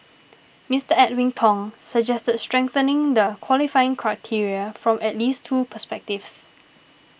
Mister Edwin Tong suggested strengthening the qualifying criteria from at least two perspectives